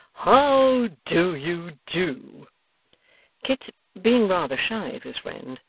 how do you do kit, being rather shy of his friend,